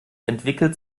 entwickelt